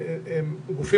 אני מתייחסת לסעיף 14